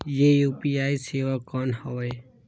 ये यू.पी.आई सेवा कौन हवे?